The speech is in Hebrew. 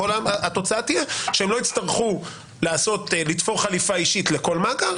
כל התוצאה תהיה שהם לא יצטרכו לעשות לתפור חליפה אישית לכל מאגר,